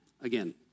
again